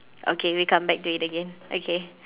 okay we'll come back do it again okay